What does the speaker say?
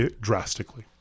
drastically